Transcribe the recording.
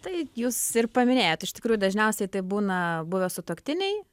tai jūs ir paminėjot iš tikrųjų dažniausiai tai būna buvę sutuoktiniai